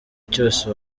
cyose